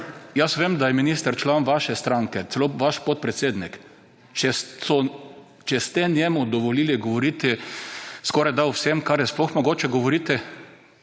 Vem, da je minister član vaše stranke, celo vaš podpredsednik. Če ste njemu dovolili govoriti skorajda o vsem, o čemer je sploh mogoče govoriti,